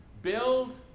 Build